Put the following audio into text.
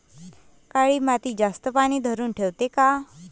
काळी माती जास्त पानी धरुन ठेवते का?